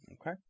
Okay